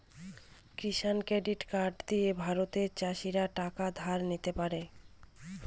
কিষান credit card দিয়ে ভারতের চাষীরা টাকা ধার নিতে পারে